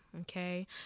okay